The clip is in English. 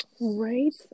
Right